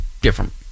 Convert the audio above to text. different